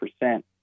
percent